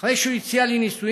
אחרי שהוא הציע לי נישואים,